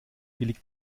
billig